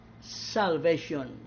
salvation